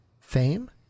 fame